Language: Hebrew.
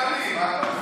להעביר פה,